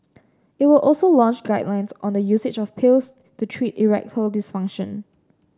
it will also launch guidelines on the usage of pills to treat erectile dysfunction